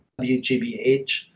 wgbh